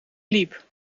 liep